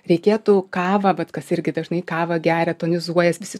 reikėtų kavą vat kas irgi dažnai kavą geria tonizuojas visi